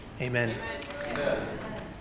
Amen